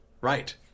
right